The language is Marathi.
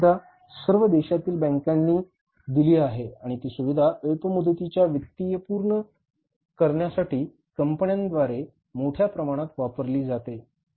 ही सुविधा सर्व देशांतील बँकांनी दिली आहे आणि ती सुविधा अल्प मुदतीच्या वित्तीय पूर्ण करण्यासाठी कंपन्यांद्वारे मोठ्या प्रमाणात वापरली जाते